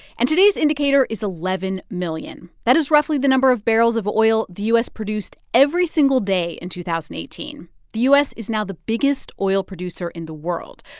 and today's indicator is eleven million. that is roughly the number of barrels of oil the u s. produced every single day in two thousand and eighteen. the u s. is now the biggest oil producer in the world.